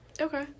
Okay